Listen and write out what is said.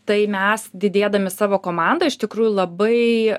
tai mes didėdami savo komandą iš tikrųjų labai